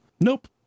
Nope